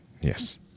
Yes